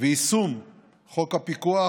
ויישום חוק הפיקוח,